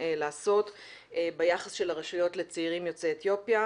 לעשות ביחס של הרשויות לצעירים יוצאי אתיופיה.